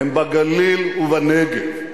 הן בגליל ובנגב.